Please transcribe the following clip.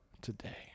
today